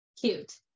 cute